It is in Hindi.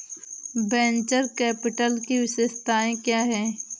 वेन्चर कैपिटल की विशेषताएं क्या हैं?